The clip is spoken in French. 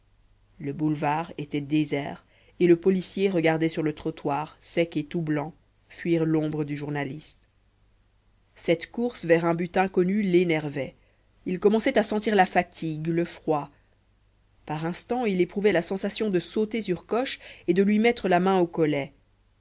le boulevard était désert et le policier regardait sur le trottoir sec et tout blanc fuir l'ombre du journaliste cette course vers un but inconnu l'énervait il commençait à sentir la fatigue le froid par instants il éprouvait la tentation de sauter sur coche et de lui mettre la main au collet